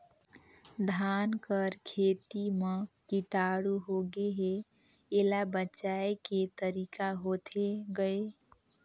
धान कर खेती म कीटाणु होगे हे एला बचाय के तरीका होथे गए?